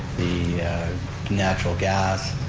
the natural gas,